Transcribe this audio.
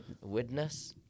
Witness